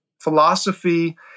Philosophy